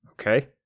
Okay